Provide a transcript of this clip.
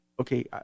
okay